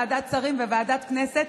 ועדת השרים וועדת הכנסת,